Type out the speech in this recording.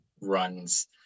runs